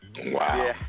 Wow